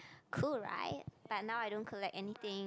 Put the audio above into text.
cool right but now I don't collect anything